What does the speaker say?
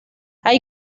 hay